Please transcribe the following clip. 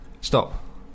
Stop